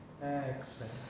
exhale